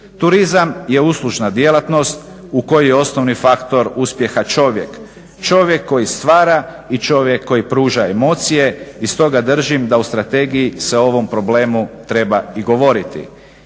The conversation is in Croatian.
Turizam je uslužna djelatnost u kojoj osnovni faktor uspjeha čovjek. Čovjek koji stvara i čovjek koji pruža emocije i stoga držim da u strategiji se ovom problemu treba i govoriti.